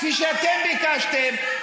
כפי שאתם ביקשתם,